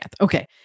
Okay